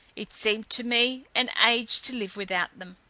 it seemed to me an age to live without them.